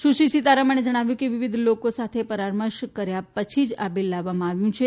સુશ્રી સીતારમણે જણાવ્યું કે વિવિધ લોકો સાથે પરામર્શ કર્યા પછી આ બિલ લાવવામાં આવ્યું છે